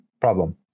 problem